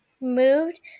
moved